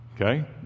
Okay